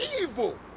evil